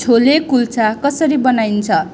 छोले कुल्चा कसरी बनाइन्छ